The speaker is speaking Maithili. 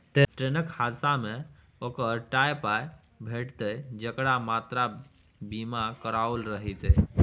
ट्रेनक हादसामे ओकरे टा पाय भेटितै जेकरा यात्रा बीमा कराओल रहितै